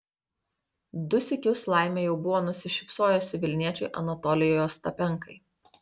du sykius laimė jau buvo nusišypsojusi vilniečiui anatolijui ostapenkai